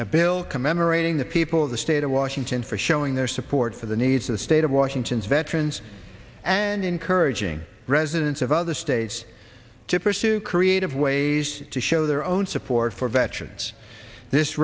a bill commemorating the people of the state of washington for showing their support for the needs of the state of washington's veterans and encouraging residents of other states to pursue creative ways to show their own support for veterans this